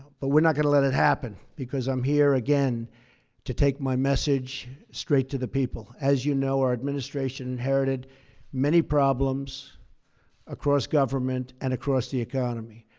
but we're not going to let it happen, because i'm here again to take my message straight to the people. as you know, our administration inherited many problems across government and across the economy.